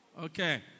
Okay